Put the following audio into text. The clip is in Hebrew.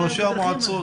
ראשי המועצות.